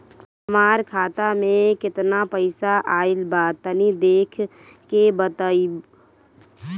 हमार खाता मे केतना पईसा आइल बा तनि देख के बतईब?